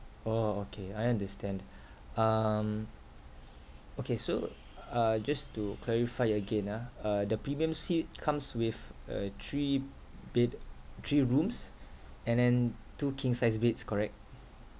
orh okay I understand um okay so uh just to clarify again ah uh the premium suite comes with uh three bed three rooms and then two king sized beds correct